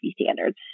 standards